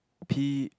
pee